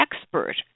expert